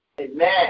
Amen